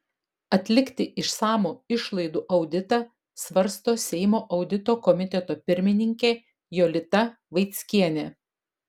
atlikti išsamų išlaidų auditą svarsto seimo audito komiteto pirmininkė jolita vaickienė